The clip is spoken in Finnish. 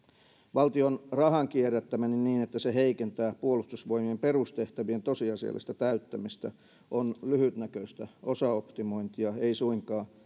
valtion rahan kierrättäminen niin niin että se heikentää puolustusvoimien perustehtävien tosiasiallista täyttämistä on lyhytnäköistä osaoptimointia ei suinkaan